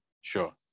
Sure